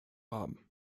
haben